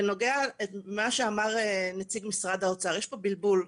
בנוגע למה שאמר נציג משרד האוצר, יש פה בלבול.